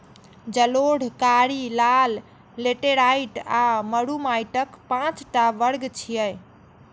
जलोढ़, कारी, लाल, लेटेराइट आ मरु माटिक पांच टा वर्ग छियै